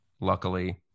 luckily